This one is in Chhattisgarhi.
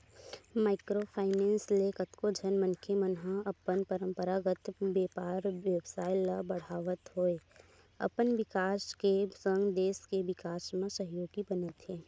माइक्रो फायनेंस ले कतको झन मनखे मन ह अपन पंरपरागत बेपार बेवसाय ल बड़हात होय अपन बिकास के संग देस के बिकास म सहयोगी बनत हे